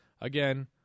Again